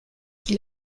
qui